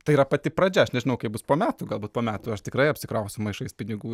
tai yra pati pradžia aš nežinau kaip bus po metų galbūt po metų aš tikrai apsikrausiu maišais pinigų